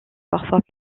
parfois